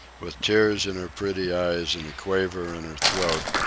with tears in her pretty eyes and a quaver in her throat,